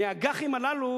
מהאג"חים הללו,